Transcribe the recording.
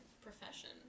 profession